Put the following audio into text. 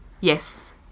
Yes